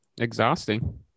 exhausting